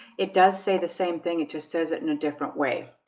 it does say the same thing it just says it in a different way.